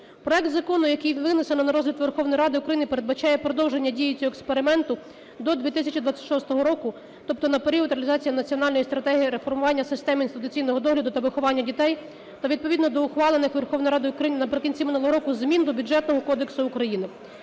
Проект закону, який винесено на розгляд Верховної Ради України, передбачає продовження діючого експерименту до 2026 року, тобто на період реалізації Національної стратегії реформування системи інституційного догляду та виховання дітей та відповідно до ухвалених Верховною Радою України наприкінці минулого року змін до Бюджетного кодексу України.